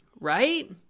right